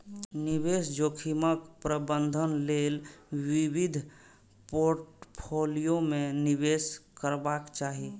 निवेश जोखिमक प्रबंधन लेल विविध पोर्टफोलियो मे निवेश करबाक चाही